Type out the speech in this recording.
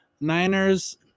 Niners